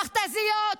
מכת"זיות,